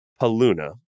Paluna